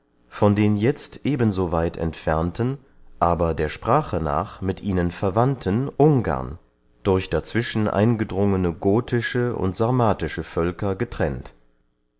von den jetzt eben so weit entferneten aber der sprache nach mit ihnen verwandten ungern durch dazwischen eingedrungne gothische und sarmatische völker getrennt